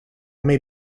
may